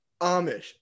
Amish